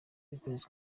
y’ukwezi